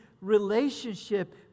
relationship